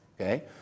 Okay